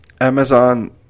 Amazon